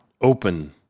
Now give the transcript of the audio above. Open